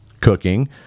cooking